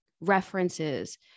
references